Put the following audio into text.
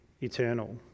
eternal